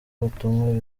ubutumwa